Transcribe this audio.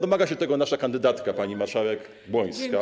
Domaga się tego nasza kandydatka, pani marszałek Błońska.